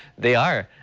they are.